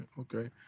okay